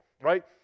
right